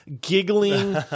giggling